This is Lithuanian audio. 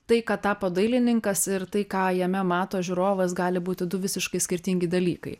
tai kad tapo dailininkas ir tai ką jame mato žiūrovas gali būti du visiškai skirtingi dalykai